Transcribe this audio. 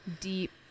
Deep